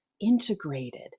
integrated